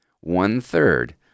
one-third